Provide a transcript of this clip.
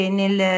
nel